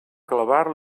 clavar